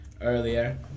earlier